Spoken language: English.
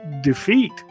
defeat